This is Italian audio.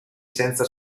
senza